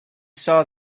saw